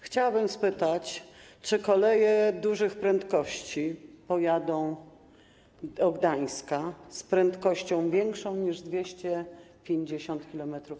Chciałabym spytać, czy koleje dużych prędkości pojadą do Gdańska z prędkością większą niż 250 km/h.